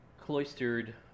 cloistered